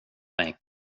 mig